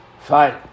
fine